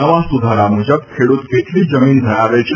નવા સુધારા મુજબ ખેડૂત કેટલી જમીન ધરાવે છે